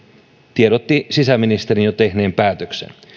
tiedotti sisäministerin jo tehneen päätöksen